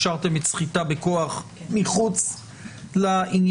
השארתם את הסחיטה בכוח מחוץ לעניין.